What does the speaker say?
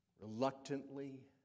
reluctantly